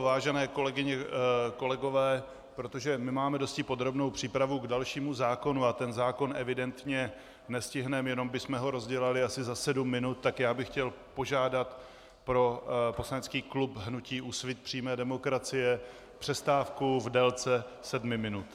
Vážené kolegyně, kolegové, protože my máme dosti podrobnou přípravu k dalšímu zákonu a ten zákon evidentně nestihneme, jenom bychom ho rozdělali asi za sedm minut, tak bych chtěl požádat pro poslanecký klub hnutí Úsvit přímé demokracie o přestávku v délce osmi minut.